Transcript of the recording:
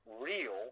real